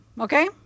okay